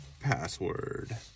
Password